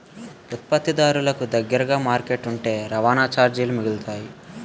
ఉత్పత్తిదారులకు దగ్గరగా మార్కెట్ ఉంటే రవాణా చార్జీలు మిగులుతాయి